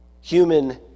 human